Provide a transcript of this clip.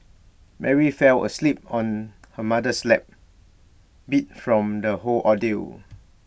Mary fell asleep on her mother's lap beat from the whole ordeal